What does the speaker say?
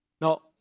Now